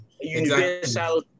universal